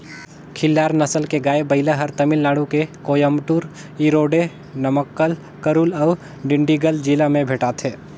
खिल्लार नसल के गाय, बइला हर तमिलनाडु में कोयम्बटूर, इरोडे, नमक्कल, करूल अउ डिंडिगल जिला में भेंटाथे